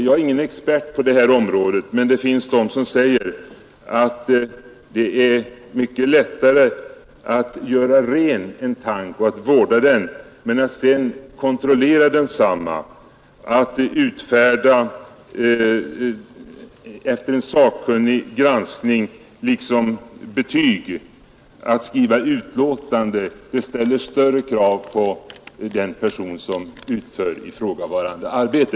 Jag är ingen expert på dessa frågor, men det finns de som säger att det är ganska lätt att göra ren en tank och att vårda den. Det kan vem som helst. Men att kontrollera den och att efter sakkunnig granskning betygsätta den och avge ett utlåtande ställer avsevärt större krav på den person som utför ifrågavarande arbete.